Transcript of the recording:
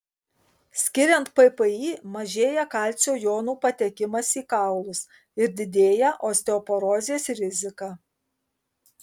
skiriant ppi mažėja kalcio jonų patekimas į kaulus ir didėja osteoporozės rizika